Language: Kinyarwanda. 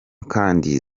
kandi